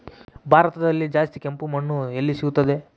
ಭಾರತದಲ್ಲಿ ಜಾಸ್ತಿ ಕೆಂಪು ಮಣ್ಣು ಎಲ್ಲಿ ಸಿಗುತ್ತದೆ?